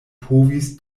povis